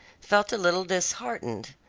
felt a little disheartened.